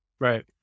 Right